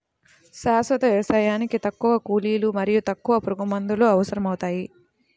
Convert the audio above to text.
శాశ్వత వ్యవసాయానికి తక్కువ కూలీలు మరియు తక్కువ పురుగుమందులు అవసరమవుతాయి